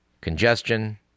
congestion